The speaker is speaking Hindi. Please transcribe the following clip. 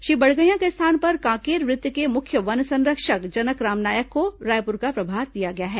श्री बड़गैय्या के स्थान पर कांकेर वृत्त के मुख्य वन संरक्षक जनकराम नायक को रायपुर का प्रभार दिया गया है